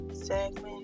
segment